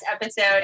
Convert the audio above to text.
episode